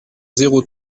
zéro